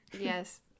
Yes